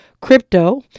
Crypto